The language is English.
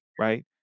right